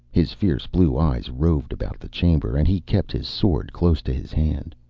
his fierce blue eyes roved about the chamber, and he kept his sword close to his hand.